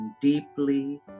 deeply